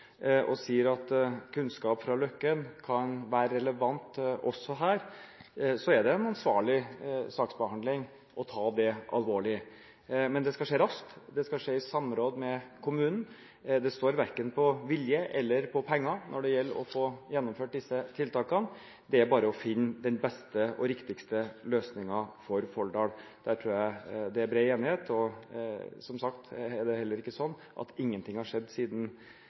og sier at kunnskap fra Løkken kan være relevant også her, er det en ansvarlig saksbehandling å ta det alvorlig, men det skal skje raskt, og det skal skje i samråd med kommunen. Det står verken på vilje eller på penger når det gjelder å få gjennomført disse tiltakene, det er bare å finne den beste og riktigste løsningen for Folldal. Der tror jeg det er bred enighet, og som sagt er det heller ikke sånn at ingenting har skjedd